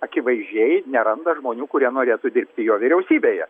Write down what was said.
akivaizdžiai neranda žmonių kurie norėtų dirbti jo vyriausybėje